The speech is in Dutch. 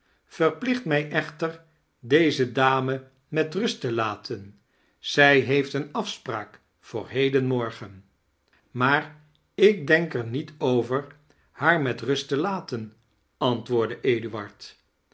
veirplicht mij echter deze dame met rust te laten zij heeft een afspraak voor heden morgen maar ik denk er niet over haar met rust te laten antwoiordde eduard